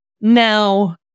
Now